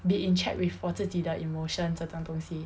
be in check with 我自己的 emotions 这种东西